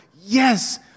Yes